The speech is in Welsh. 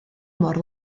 mor